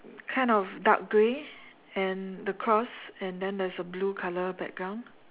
kind of dark grey and the cross and then there is a blue colour background